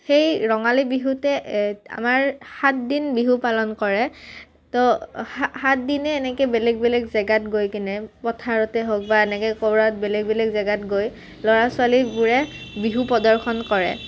সেই ৰঙালী বিহুতে আমাৰ সাতদিন বিহু পালন কৰে তো সাত দিনে এনেকৈ বেলেগ বেলেগ জেগাত গৈ কিনে পথাৰতে হওক বা এনেকৈ ক'ৰবাত বেলেগ বেলেগ জেগাত গৈ ল'ৰা ছোৱালীবোৰে বিহু প্ৰদৰ্শন কৰে